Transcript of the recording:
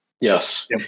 yes